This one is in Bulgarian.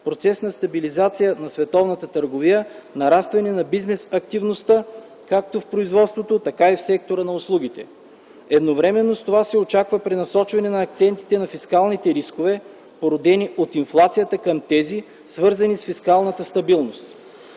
процес на стабилизация в световната търговия, нарастване на бизнес активността както в производството, така и в сектора на услугите. Едновременно с това се очаква пренасочване на акцентите на фискалните рискове, породени от инфлацията, към тези, свързани с фискалната стабилност.